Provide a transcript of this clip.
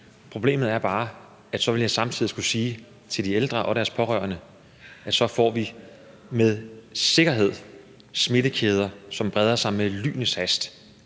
Problemet er bare, at jeg så samtidig ville skulle sige til de ældre og deres pårørende, at så får vi med sikkerhed smittekæder, hvor smitten breder sig med lynets hast